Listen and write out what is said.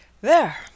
There